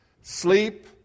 sleep